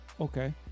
Okay